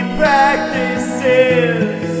practices